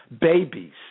babies